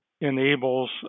enables